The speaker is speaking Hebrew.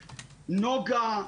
נוגה,